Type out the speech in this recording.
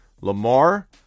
Lamar